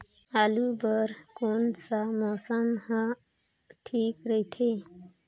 आलू बार कौन सा मौसम ह ठीक रथे?